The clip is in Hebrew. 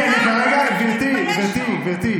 אם זו הסתה, הוא צריך להתבייש לו.